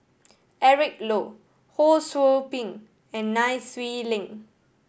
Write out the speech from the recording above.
Eric Low Ho Sou Ping and Nai Swee Leng